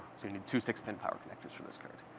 so you need two six-pin power connectors for this card.